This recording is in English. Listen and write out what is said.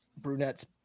brunettes